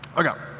okay.